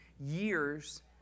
years